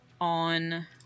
on